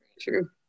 true